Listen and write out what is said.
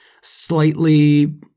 slightly